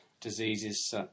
diseases